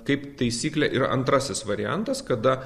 kaip taisyklė yra antrasis variantas kada